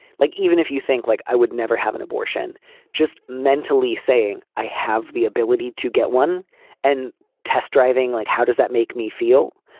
like even if you think like i would never have an abortion just mentally saying i have the ability to get one and test driving like how does that make me feel.